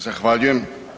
Zahvaljujem.